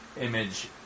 image